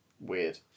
Weird